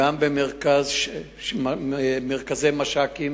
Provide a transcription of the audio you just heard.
גם במש"קים, מרכזי שיטור קהילתיים,